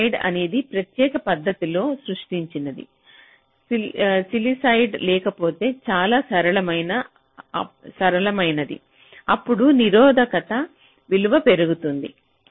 silicide అనేది ప్రత్యేక పద్ధతిలో లో సృష్టించినది సిల్లిసైడ్ లేకపోతే చాలా సరళమైనది అప్పుడు నిరోధక విలువ పెరుగుతుంది